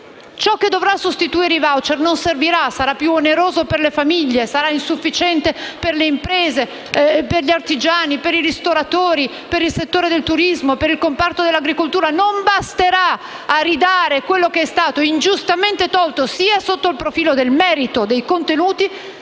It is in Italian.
Ciò che dovrà sostituire i *voucher* non servirà e sarà più oneroso per le famiglie e insufficiente per le imprese, gli artigiani, i ristoratori, per il settore del turismo e il comparto dell'agricoltura. La misura non basterà a ridare quello che è stato ingiustamente tolto sotto il profilo sia del merito e dei contenuti,